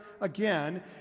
again